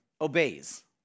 obeys